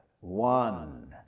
one